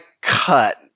cut